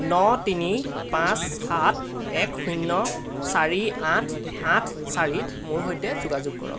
ন তিনি পাঁচ সাত এক শূন্য চাৰি আঠ আঠ চাৰিত মোৰ সৈতে যোগাযোগ কৰক